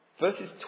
Verses